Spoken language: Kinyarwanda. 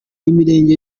imirenge